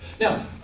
Now